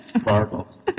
sparkles